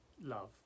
love